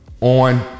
on